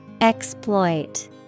Exploit